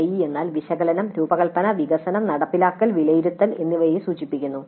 ADDIE എന്നാൽ വിശകലനം രൂപകൽപ്പന വികസനം നടപ്പിലാക്കൽ വിലയിരുത്തൽ എന്നിവയെ സൂചിപ്പിക്കുന്നു